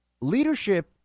Leadership